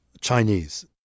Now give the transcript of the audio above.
Chinese